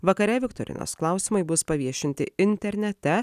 vakare viktorinos klausimai bus paviešinti internete